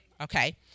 okay